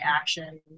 action